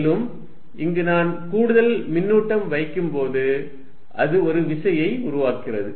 மேலும் இங்கு நான் கூடுதல் மின்னூட்டம் வைக்கும்போது அது ஒரு விசையை உருவாக்கிறது